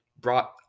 brought